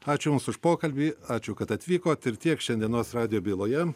ačiū jums už pokalbį ačiū kad atvykot ir tiek šiandienos radijo byloje